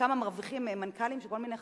כמה מרוויחים מנכ"לים של כל מיני חברות.